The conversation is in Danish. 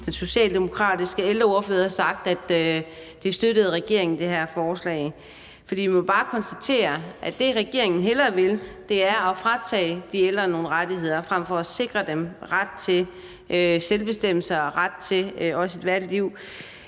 den socialdemokratiske social- og ældreminister havde sagt, at regeringen støttede det her forslag. For vi må bare konstatere, at det, regeringen hellere vil, er at fratage de ældre nogle rettigheder frem for at sikre dem ret til selvbestemmelse og ret til et værdigt liv.